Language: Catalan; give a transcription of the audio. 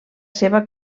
seva